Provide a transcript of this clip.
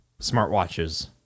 smartwatches